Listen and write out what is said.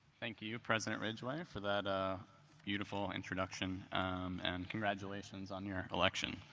thank you, president ridgeway, for that ah beautiful introduction and congratulations on your election.